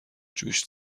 جوش